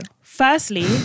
firstly